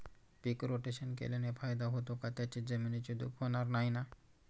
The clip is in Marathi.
पीक रोटेशन केल्याने फायदा होतो का? त्याने जमिनीची धूप होणार नाही ना?